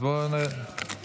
אז בואו נצביע.